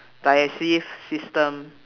digestive system